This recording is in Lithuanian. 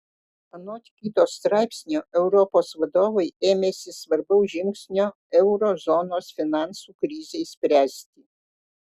anot kito straipsnio europos vadovai ėmėsi svarbaus žingsnio euro zonos finansų krizei spręsti